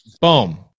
Boom